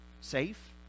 safe